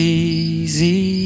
easy